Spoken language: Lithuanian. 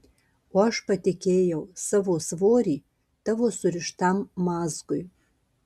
o aš patikėjau savo svorį tavo surištam mazgui